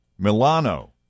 Milano